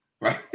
Right